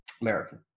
American